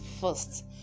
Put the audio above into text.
first